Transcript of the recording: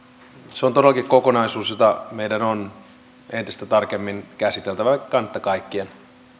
se on todellakin kokonaisuus jota meidän on entistä tarkemmin käsiteltävä veikkaan että kaikkien